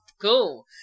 Cool